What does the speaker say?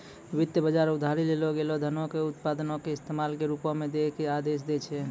वित्त बजार उधारी लेलो गेलो धनो के उत्पादको के इस्तेमाल के रुपो मे दै के आदेश दै छै